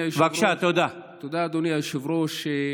תודה, אדוני היושב-ראש.